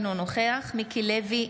אינו נוכח מיקי לוי,